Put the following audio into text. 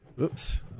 Oops